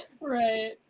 Right